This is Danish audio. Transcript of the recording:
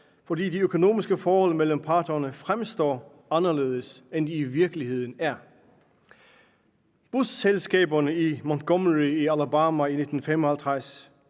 fordi de økonomiske forhold mellem parterne fremstår anderledes, end de i virkeligheden er. Busselskaberne i Montgomery i Alabama i 1955